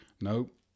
Nope